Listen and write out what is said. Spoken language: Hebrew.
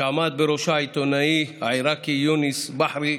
שעמד בראשה העיתונאי העיראקי יונס בחרי,